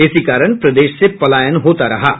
इसी कारण प्रदेश से पलायन होता रहा है